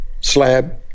slab